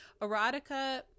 Erotica